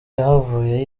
yahavuye